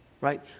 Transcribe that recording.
right